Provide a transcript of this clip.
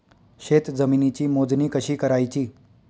शेत जमिनीची मोजणी कशी करायची?